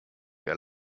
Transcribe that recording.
der